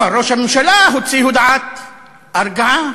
אבל ראש הממשלה הוציא הודעת הרגעה,